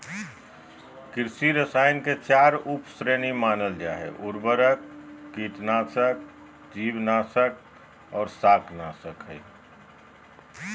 कृषि रसायन के चार उप श्रेणी मानल जा हई, उर्वरक, कीटनाशक, जीवनाशक आर शाकनाशक हई